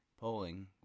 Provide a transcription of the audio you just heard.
Polling